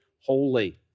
holy